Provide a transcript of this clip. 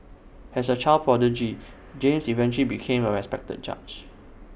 has A child prodigy James eventually became A respected judge